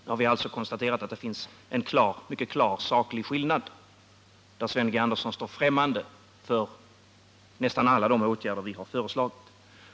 Nu har vi alltså konstaterat att det finns en mycket klar saklig skillnad — Sven G. Andersson står främmande för nästan alla de åtgärder vi har föreslagit.